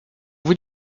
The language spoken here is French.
vous